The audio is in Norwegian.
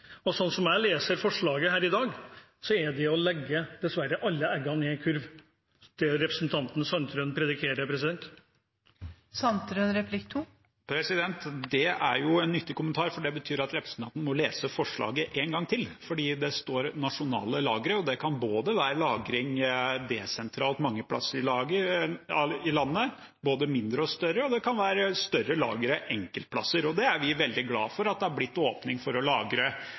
Sånn som jeg leser forslaget her i dag, er det dessverre å legge alle eggene i én kurv det representanten Sandtrøen prediker. Det er jo en nyttig kommentar, for det betyr at representanten må lese forslaget en gang til. Det står nasjonale lagre, og det kan være lagring desentralt mange steder i landet, både mindre og større, og det kan være større lagre enkeltsteder. Og vi er veldig glad for at det har blitt åpning for å lagre